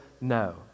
No